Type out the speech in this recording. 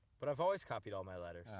but i've always copied all my letters.